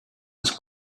was